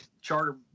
charter